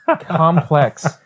complex